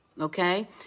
okay